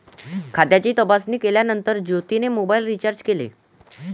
खात्याची तपासणी केल्यानंतर ज्योतीने मोबाइल रीचार्ज केले